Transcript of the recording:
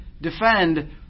defend